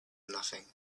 nothing